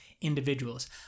individuals